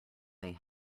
they